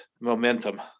momentum